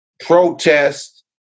protest